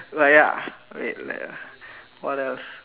right ya wait lack what else